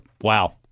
Wow